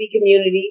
community